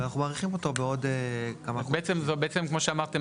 ואנחנו מאריכים אותו בעוד כמה חודשים בעצם כמו שאמרתם,